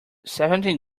seventeen